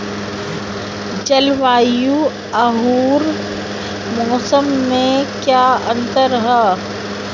जलवायु अउर मौसम में का अंतर ह?